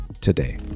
today